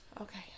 Okay